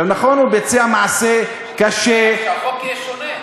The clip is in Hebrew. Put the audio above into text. עכשיו, נכון שהוא ביצע מעשה קשה, שהחוק יהיה שונה.